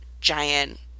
giant